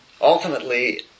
ultimately